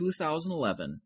2011